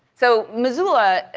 so missoula,